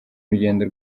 urugendo